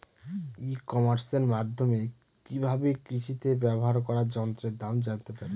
ই কমার্সের মাধ্যমে কি ভাবে কৃষিতে ব্যবহার করা যন্ত্রের দাম জানতে পারি?